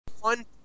One